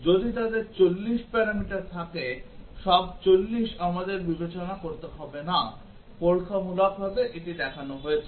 যদি তাদের 40 প্যারামিটার থাকে সব 40 আমাদের বিবেচনা করতে হবে না পরীক্ষামূলকভাবে এটি দেখানো হয়েছে